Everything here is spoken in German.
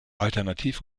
alternativ